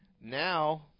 now